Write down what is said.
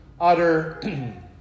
utter